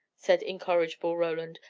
said incorrigible roland.